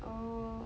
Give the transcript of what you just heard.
oh